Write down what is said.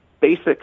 basic